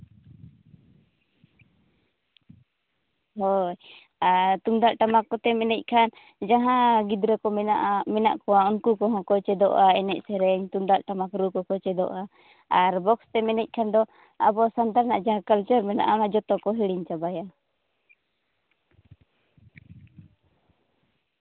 ᱦᱳᱭ ᱟᱨ ᱛᱩᱢᱫᱟᱜ ᱴᱟᱢᱟᱠ ᱠᱚᱛᱮᱢ ᱮᱱᱮᱡ ᱠᱷᱟᱱ ᱡᱟᱦᱟᱸ ᱜᱤᱫᱽᱨᱟᱹ ᱠᱚ ᱢᱮᱱᱟᱜᱼᱟ ᱢᱮᱱᱟᱜ ᱠᱚᱣᱟ ᱩᱱᱠᱩ ᱠᱚᱦᱚᱸ ᱠᱚ ᱪᱮᱫᱚᱜᱼᱟ ᱮᱱᱮᱡ ᱥᱮᱨᱮᱧ ᱛᱩᱢᱫᱟᱜ ᱴᱟᱢᱟᱠ ᱨᱩ ᱠᱚᱠᱚ ᱪᱮᱫᱚᱜᱼᱟ ᱟᱨ ᱵᱚᱠᱥ ᱛᱮᱢ ᱮᱱᱮᱡ ᱠᱷᱟᱱ ᱫᱚ ᱟᱵᱚ ᱥᱟᱱᱛᱟᱲ ᱨᱮᱱᱟᱜ ᱡᱟᱦᱟᱸ ᱠᱟᱞᱪᱟᱨ ᱢᱮᱱᱟᱜᱼᱟ ᱚᱱᱟ ᱡᱚᱛᱚ ᱠᱚ ᱦᱤᱲᱤᱧ ᱪᱟᱵᱟᱭᱟ